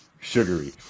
Sugary